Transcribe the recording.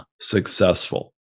successful